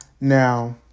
Now